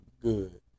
good